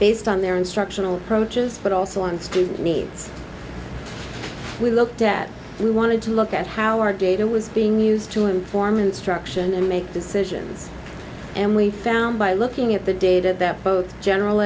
based on their instructional approaches but also one student needs we looked at we wanted to look at how our data was being used to inform instruction and make decisions and we found by looking at the data that both general